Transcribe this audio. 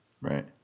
Right